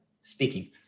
speaking